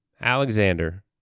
Alexander